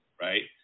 right